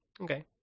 okay